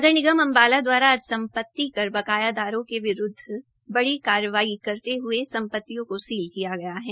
नगर निगम अम्बाला द्वारा आज सम्पति कर बकायादारों के विरुद्व बडी कार्यवाही करते हए सम्पत्तियों को सील किया गया है